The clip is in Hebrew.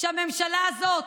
שהממשלה הזאת